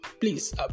please